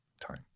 time